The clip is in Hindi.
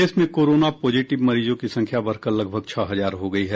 प्रदेश में कोरोना पॉजिटिव मरीजों की संख्या बढ़कर लगभग छह हजार हो गयी है